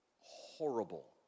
horrible